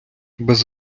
без